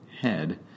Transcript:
head